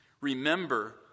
Remember